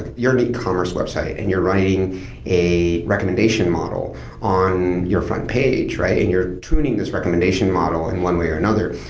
ah you're an e-commerce website and you're running a recommendation model on your front page right and you're tuning this recommendation model in one way, or another.